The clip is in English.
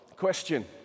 question